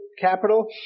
capital